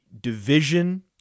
division